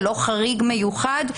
ללא חריג מיוחד,